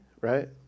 right